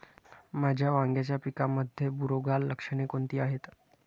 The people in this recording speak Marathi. माझ्या वांग्याच्या पिकामध्ये बुरोगाल लक्षणे कोणती आहेत?